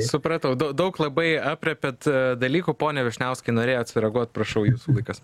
supratau dau daug labai aprėpiat dalykų pone vyšniauskai norėjot sureaguot prašau jūsų laikas